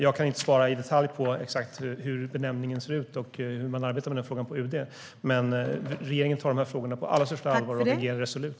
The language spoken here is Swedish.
Jag kan inte svara i detalj på hur benämningen ser ut exakt och hur man arbetar med den frågan på UD, men regeringen tar de här frågorna på allra största allvar och agerar resolut.